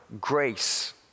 grace